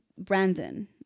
brandon